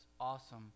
awesome